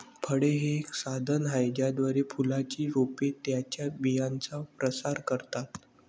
फळे हे एक साधन आहे ज्याद्वारे फुलांची रोपे त्यांच्या बियांचा प्रसार करतात